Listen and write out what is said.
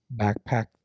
backpack